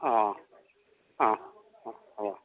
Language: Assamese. অঁ অঁ অঁ হ'ব